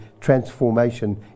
transformation